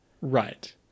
Right